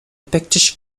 pictish